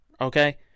okay